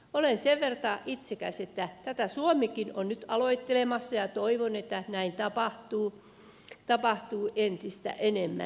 olen sen verran itsekäs että tätä suomikin on nyt aloittelemassa ja toivon että näin tapahtuu entistä enemmän